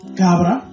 cabra